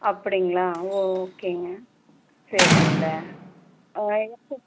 அப்படிங்களா ஓ ஓகேங்க சரிங்க